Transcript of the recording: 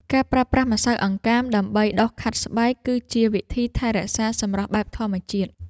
ការប្រើប្រាស់ម្សៅអង្កាមដើម្បីដុសខាត់ស្បែក គឺជាវិធីថែរក្សាសម្រស់បែបធម្មជាតិ។